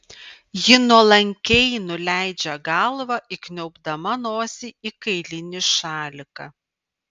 ji nuolankiai nuleidžia galvą įkniaubdama nosį į kailinį šaliką